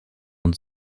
und